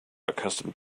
accustomed